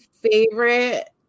favorite